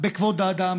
בכבוד האדם,